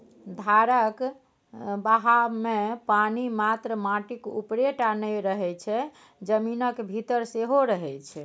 धारक बहावमे पानि मात्र माटिक उपरे टा नहि रहय छै जमीनक भीतर सेहो रहय छै